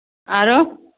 आरो